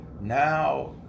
Now